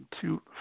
two